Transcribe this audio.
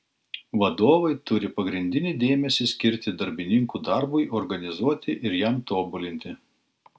vadovai turi pagrindinį dėmesį skirti darbininkų darbui organizuoti ir jam tobulinti